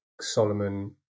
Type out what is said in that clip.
Solomon